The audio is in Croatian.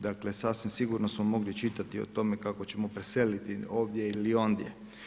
Dakle sasvim sigurno smo mogli čitati o tome kako ćemo preseliti ovdje ili ondje.